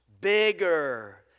bigger